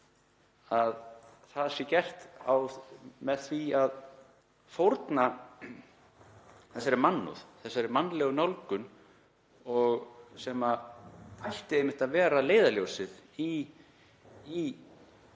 Að það sé gert með því að fórna þeirri mannúð, þeirri mannlegu nálgun, sem ætti einmitt að vera leiðarljósið í